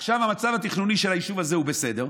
עכשיו המצב התכנוני של היישוב הזה הוא בסדר,